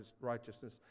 righteousness